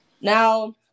Now